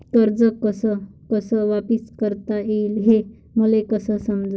कर्ज कस कस वापिस करता येईन, हे मले कस समजनं?